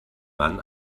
mann